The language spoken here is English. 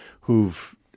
who've